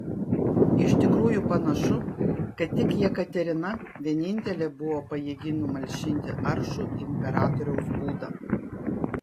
iš tikrųjų panašu kad tik jekaterina vienintelė buvo pajėgi numalšinti aršų imperatoriaus būdą